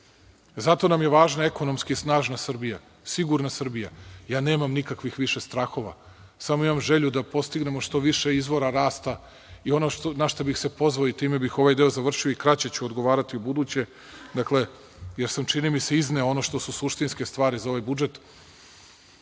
nam je važna ekonomski snažna Srbija, sigurna Srbija. Ja nemam više nikakvih strahova, samo imam želju da postignemo što više izvora rasta i ono na šta bih se pozvao i time bih ovaj deo završio, i kraće ću odgovarati ubuduće, dakle, jer sam, čini mi se, izneo ono što su suštinske stvari za ovaj budžet.